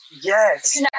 yes